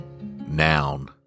Noun